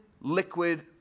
liquid